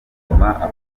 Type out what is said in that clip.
akundwa